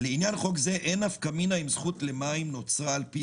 "לעניין חוק זה אין נפקא מינה אם זכות למים נוצרה על-פי